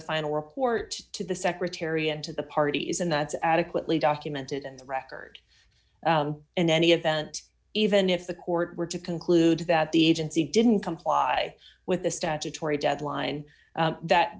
final report to the secretary and to the parties and that's adequately documented in the record in any event even if the court were to conclude that the agency didn't comply with the statutory deadline that